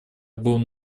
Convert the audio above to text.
был